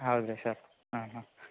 ಹೌದು ರೀ ಸರ್ ಹಾಂ ಹಾಂ